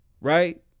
Right